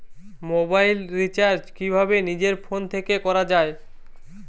Mobile recharge কিভাবে নিজের phone থেকে করা য়ায়?